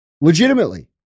legitimately